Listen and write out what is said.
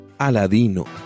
Aladino